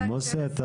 מוסי, אתה